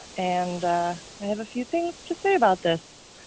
and i have a few things to say about this.